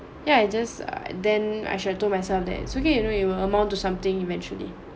yeah it just err then I should have told myself that it's okay you know you will amount to something eventually